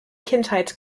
kindheit